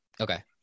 okay